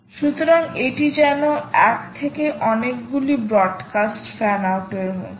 সুতরাং এটা যেন এক থেকে অনেকগুলি ব্রডকাস্ট ফ্যান আউট এর মতো